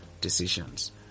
decisions